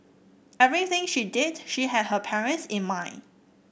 everything she did she had her parents in mind